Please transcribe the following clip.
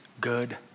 good